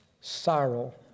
sorrow